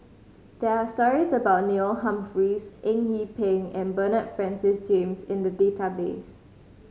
there are stories about Neil Humphreys Eng Yee Peng and Bernard Francis James in the database